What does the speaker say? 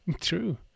True